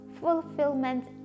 fulfillment